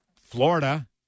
Florida